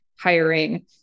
hiring